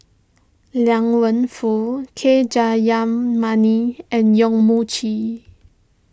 Liang Wenfu K Jayamani and Yong Mun Chee